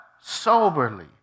Soberly